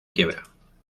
quiebra